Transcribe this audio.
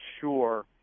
sure